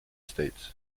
states